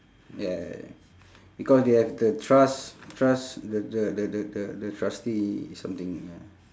ya because they have the trust trust the the the the the the trusty something ya